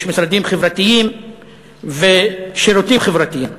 יש משרדים חברתיים ושירותים חברתיים,